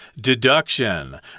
deduction